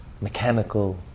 mechanical